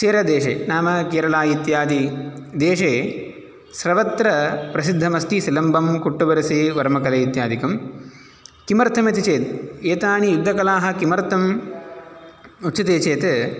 चेरदेशे नाम केरला इत्यादिदेशे सर्वत्र प्रसिद्धमस्ति सिलम्बं कुट्टुवरसै वर्मकलै इत्यादिकं किमर्थमिति चेत् एतानि युद्धकलाः किमर्थम् उच्यते चेत्